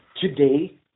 today